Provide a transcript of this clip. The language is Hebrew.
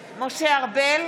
ארבל,